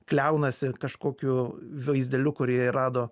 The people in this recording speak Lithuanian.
kliaunasi kažkokiu vaizdeliu kurį rado